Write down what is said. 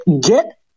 get